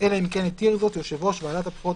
אלא אם כן התיר זאת יושב ראש ועדת הבחירות